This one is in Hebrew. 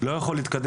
לא יכול להתקדם.